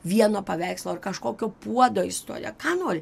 vieno paveikslo ar kažkokio puodo istoriją ką nori